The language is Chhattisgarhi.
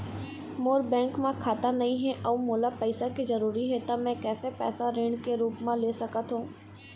मोर बैंक म खाता नई हे अउ मोला पैसा के जरूरी हे त मे कैसे पैसा ऋण के रूप म ले सकत हो?